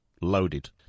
Loaded